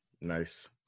Nice